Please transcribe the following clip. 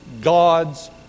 God's